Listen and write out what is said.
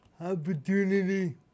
opportunity